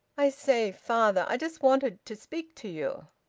i say, father, i just wanted to speak to you.